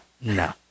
no